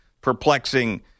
perplexing